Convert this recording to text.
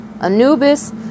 Anubis